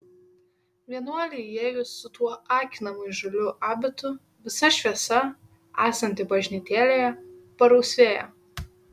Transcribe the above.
vienuolei įėjus su tuo akinamai žaliu abitu visa šviesa esanti bažnytėlėje parausvėja